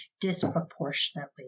disproportionately